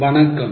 வணக்கம்